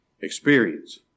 experience